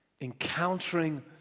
Encountering